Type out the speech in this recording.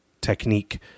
technique